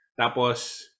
tapos